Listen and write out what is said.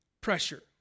pressure